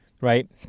right